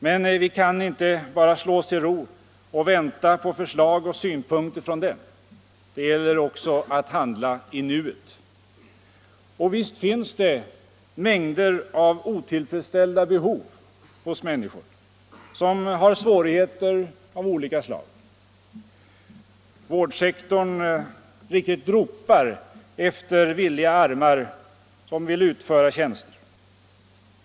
Men vi kan inte bara slå oss till ro och vänta på förslag och synpunkter från den. Det gäller också att handla i nuet. Och visst finns det mängder av otillfredsställda behov hos människor som har svårigheter av olika slag. Vårdsektorn riktigt ropar efter villiga armar som kan utföra tjänster.